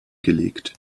gelegt